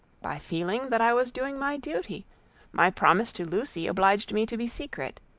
by feeling that i was doing my duty my promise to lucy, obliged me to be secret.